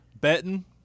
betting